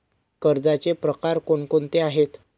कर्जाचे प्रकार कोणकोणते आहेत?